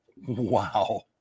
Wow